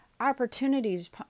opportunities